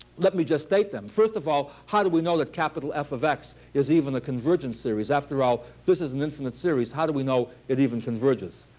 let me just state them. first of all, how do we know that capital f of x is even a convergent series? after all, this is an infinite series. how do we know it even converges?